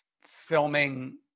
filming